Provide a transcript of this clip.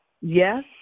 yes